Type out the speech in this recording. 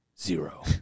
zero